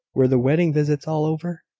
were the wedding visits all over?